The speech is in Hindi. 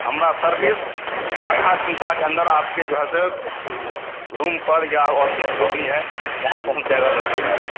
हमारी सर्विस आधा घन्टा के अन्दर आपके जो है सो रूम पर या ऑफ़िस जो भी है वहाँ पहुँच जाएगा लड़का लेकर